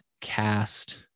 cast